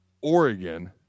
Oregon –